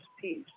peace